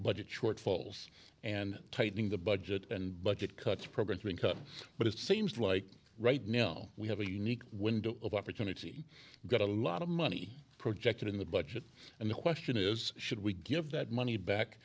budget shortfalls and tightening the budget and budget cuts programs being cut but it seems like right now we have a unique window of opportunity got a lot of money projected in the budget and the question is should we give that money back